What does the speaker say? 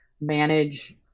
manage